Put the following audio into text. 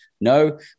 No